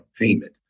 payment